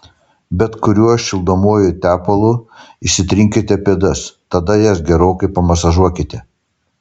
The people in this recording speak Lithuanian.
bet kuriuo šildomuoju tepalu išsitrinkite pėdas tada jas gerokai pamasažuokite